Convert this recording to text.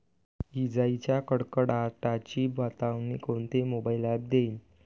इजाइच्या कडकडाटाची बतावनी कोनचे मोबाईल ॲप देईन?